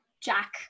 Jack